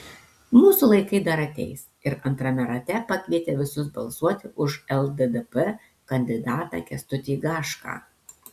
mūsų laikai dar ateis ir antrame rate pakvietė visus balsuoti už lddp kandidatą kęstutį gašką